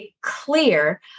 clear